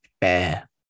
bear